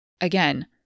Again